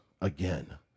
again